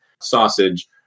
sausage